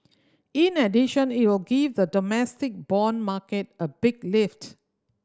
in addition it will give the domestic bond market a big lift